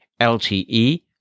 LTE